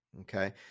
okay